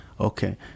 Okay